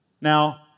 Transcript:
Now